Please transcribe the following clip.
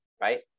right